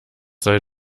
soll